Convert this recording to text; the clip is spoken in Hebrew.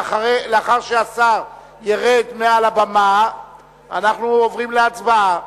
לאחר שהשר ירד מעל הבימה אנחנו עוברים להצבעה.